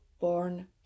born